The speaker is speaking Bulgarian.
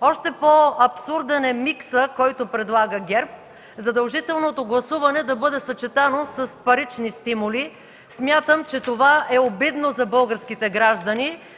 Още по-абсурден е миксът, който предлага ГЕРБ, задължителното гласуване да бъде съчетано с парични стимули. Смятам, че това е обидно за българските граждани